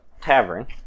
tavern